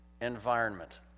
environment